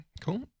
cool